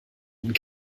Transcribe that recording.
ihnen